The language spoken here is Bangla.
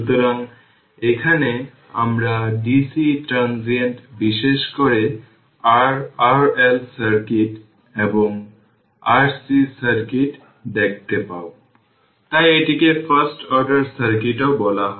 সুতরাং এখানে আমরা dc ট্রানসিয়েন্ট বিশেষ করে r RL সার্কিট এবং RC সার্কিট দেখতে পাব তাই এটিকে ফার্স্ট অর্ডার সার্কিটও বলা হয়